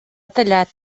tallat